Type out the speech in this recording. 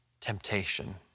temptation